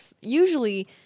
usually